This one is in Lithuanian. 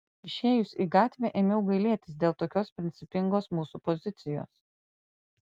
išėjus į gatvę ėmiau gailėtis dėl tokios principingos mūsų pozicijos